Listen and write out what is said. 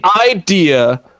idea